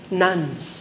nuns